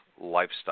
lifestyle